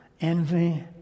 envy